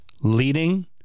leading